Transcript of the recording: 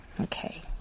Okay